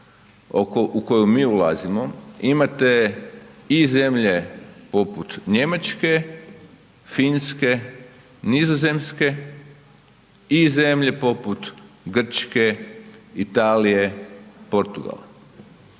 u koju mi ulazimo imate i zemlje poput Njemačke, Finske, Nizozemske i zemlje poput Grčke, Italije, Portugala